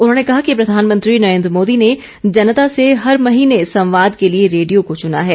उन्होंने कहा कि प्रधानमंत्री नरेन्द्र मोदी ने जनता से हर महीने संवाद के लिए रेडियो को चुना है